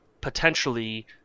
potentially